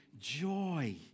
joy